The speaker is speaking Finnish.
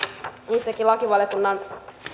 itsekin lakivaliokunnan